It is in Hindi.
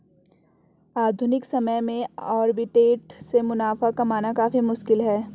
आधुनिक समय में आर्बिट्रेट से मुनाफा कमाना काफी मुश्किल है